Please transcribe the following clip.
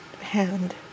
hand